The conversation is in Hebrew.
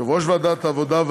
יושב-ראש ועדת העבודה,